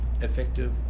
effective